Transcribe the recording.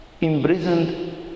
imprisoned